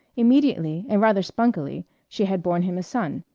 immediately and rather spunkily she had borne him a son